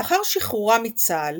לאחר שחרורה מצה"ל